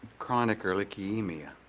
chronic ehrlichemia?